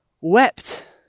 wept